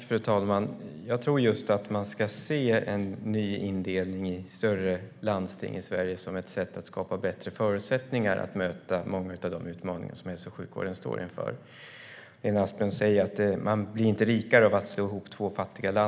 Fru talman! Jag tror att man ska se en ny indelning i större landsting i Sverige som ett sätt att skapa bättre förutsättningar att möta många av de utmaningar som hälso och sjukvården står inför. Lena Asplund säger att två fattiga landsting inte blir rikare av att slås ihop.